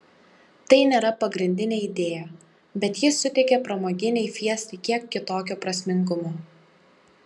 tai nėra pagrindinė idėja bet ji suteikia pramoginei fiestai kiek kitokio prasmingumo